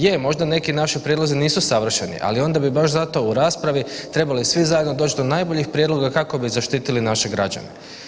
Je, možda neki naši prijedlozi nisu savršeni, ali onda bi baš zato, u raspravi trebali svi zajedno doći do najboljih prijedloga kako bi zaštitili naše građane.